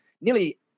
nearly